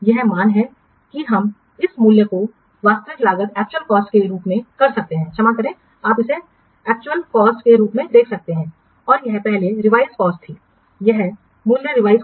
यह मान है कि हम इस मूल्य को वास्तविक लागत के रूप में कर सकते हैं क्षमा करें आप इसे एक्चुअल कॉस्ट के रूप में देख सकते हैं और यह पहले रिवाइजड़ कॉस्ट थी यह मूल्य रिवाइजड़ कॉस्ट है